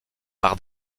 par